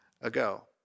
ago